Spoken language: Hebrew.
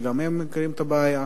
שגם הם מכירים את הבעיה,